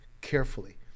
carefully